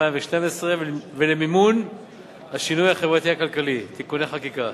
2012 ולמימון השינוי החברתי-הכלכלי (תיקוני חקיקה).